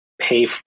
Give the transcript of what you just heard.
pay